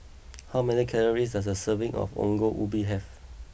how many calories does a serving of Ongol Ubi have